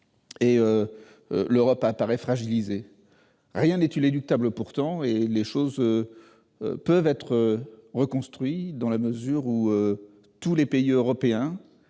et l'Europe apparaît fragilisée. Pourtant, rien n'est inéluctable. Les choses peuvent être reconstruites dans la mesure où tous les pays européens